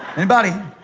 anybody?